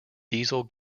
diesel